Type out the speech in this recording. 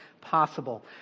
possible